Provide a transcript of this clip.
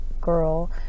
girl